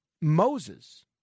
Moses